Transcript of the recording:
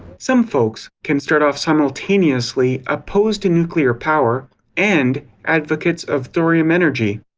some folks can start off simultaneously opposed to nuclear power and, advocates of thorium energy.